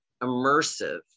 immersive